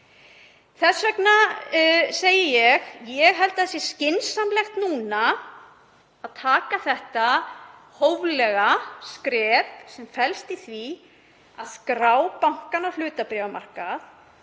Þess vegna segi ég: Ég held að nú sé skynsamlegt að taka það hóflega skref sem felst í því að skrá bankann á hlutabréfamarkað